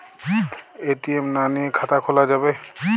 ATM না নিয়ে খাতা খোলা যাবে?